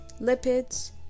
lipids